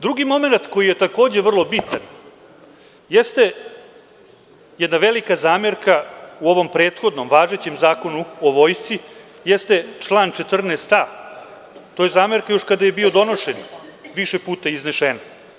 Drugi momenat koji je takođe vrlo bitan jeste jedna velika zamerka u ovom prethodnom važećem Zakonu o Vojsci jeste član 14a. Ta zamerka još kada je bio donošenje više puta iznesena.